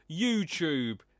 YouTube